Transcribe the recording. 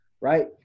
right